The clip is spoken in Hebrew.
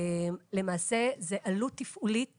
למעשה זאת עלות תפעולית